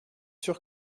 sûr